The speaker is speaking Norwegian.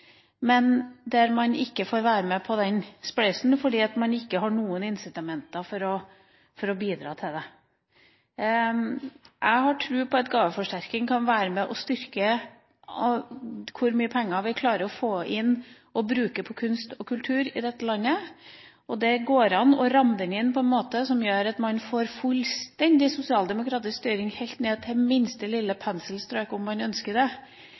Jeg har tro på at gaveforsterkning kan være med på å styrke hvor mye penger vi klarer å få inn og bruke på kunst og kultur i dette landet. Det går an å ramme den inn på en måte som gjør at man får fullstendig sosialdemokratisk styring helt ned til det minste lille penselstrøk – om man ønsker det.